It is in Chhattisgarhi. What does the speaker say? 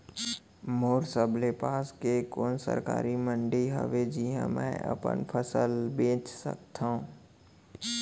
मोर सबले पास के कोन सरकारी मंडी हावे जिहां मैं अपन फसल बेच सकथव?